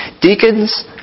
deacons